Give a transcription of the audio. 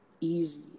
easy